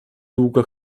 długa